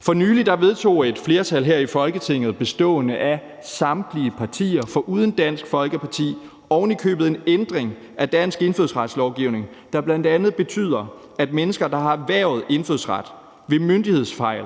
For nylig vedtog et flertal her i Folketinget bestående af samtlige partier undtagen Dansk Folkeparti ovenikøbet en ændring af dansk indfødsretslovgivning, der bl.a. betyder, at mennesker, der har erhvervet indfødsret ved myndighedsfejl,